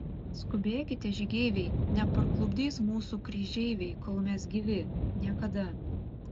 skubėkite žygeiviai neparklupdys mūsų kryžeiviai kol mes gyvi niekada